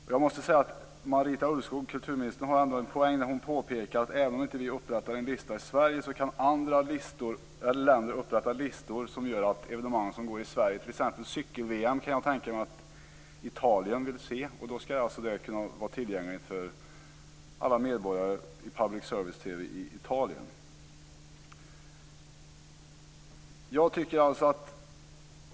Kulturminister Marita Ulvskog hade en poäng när hon påpekade att även om vi inte upprättar en lista i Sverige kan andra länder upprätta listor som gör att evenemang som sker i Sverige - jag kan t.ex. tänka mig att man i Italien vill se cykel-VM - skall vara tillgängliga för alla medborgare som har tillgång till public service-TV i det berörda landet.